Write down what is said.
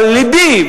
אבל לבי,